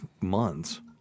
months